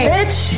Bitch